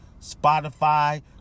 Spotify